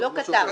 לא כתבנו.